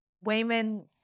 Wayman